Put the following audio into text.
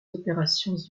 opérations